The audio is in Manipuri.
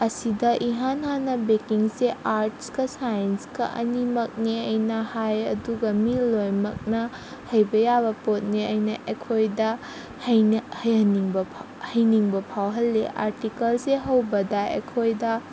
ꯑꯁꯤꯗ ꯏꯍꯥꯟ ꯍꯥꯟꯅ ꯕꯦꯀꯤꯡꯁꯦ ꯑꯥꯔꯠꯁꯀ ꯁꯥꯏꯟꯁꯀ ꯑꯅꯤꯃꯛꯅꯦ ꯑꯩꯅ ꯍꯥꯏ ꯑꯗꯨꯒ ꯃꯤ ꯂꯣꯏꯃꯛꯅ ꯍꯩꯕ ꯌꯥꯕ ꯄꯣꯠꯅꯦ ꯑꯩꯅ ꯑꯩꯈꯣꯏꯗ ꯍꯩꯍꯟꯅꯤꯡꯕ ꯍꯩꯅꯤꯡꯕ ꯐꯥꯎꯍꯜꯂꯤ ꯑꯥꯔꯇꯤꯀꯜꯁꯦ ꯍꯧꯕꯗ ꯑꯩꯈꯣꯏꯗ